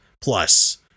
Plus